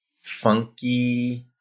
funky